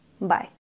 bye